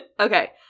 Okay